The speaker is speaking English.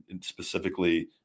specifically